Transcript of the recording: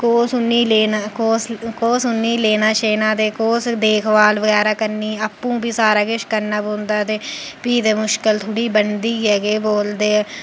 कुस उ'नें ई लेना कुस कुस उ'नें ई लेना शेना ते कुस देखभाल करनी आपूं बी सारा किश करना पौंदा ते फ्ही ते मुश्कल थोह्ड़ी बनदी गै कि बोलदे